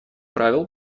правил